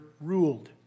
ruled